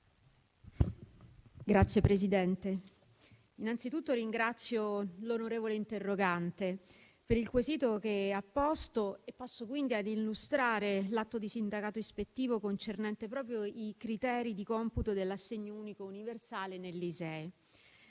onorevoli senatori, anzitutto ringrazio l'onorevole interrogante per il quesito che ha posto. Passo quindi a illustrare l'atto di sindacato ispettivo concernente proprio i criteri di computo dell'assegno unico universale nell'indicatore